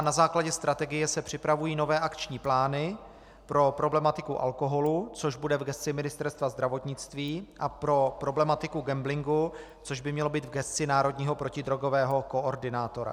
Na základě strategie se připravují nové akční plány pro problematiku alkoholu, což bude v gesci Ministerstva zdravotnictví, a pro problematiku gamblingu, což by mělo být v gesci národního protidrogového koordinátora.